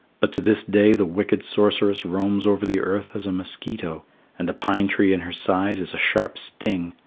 but to this day the wicked sorceress roams over the earth as a mosquito and the pine tree in her side is a sharp sting.